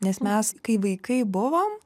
nes mes kai vaikai buvom